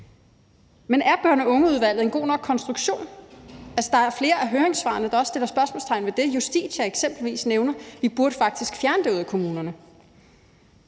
Men er børn og unge-udvalget en god nok konstruktion? Der er flere af høringssvarene, der også sætter spørgsmålstegn ved det. Eksempelvis Justitia nævner, at vi faktisk burde fjerne det fra kommunerne.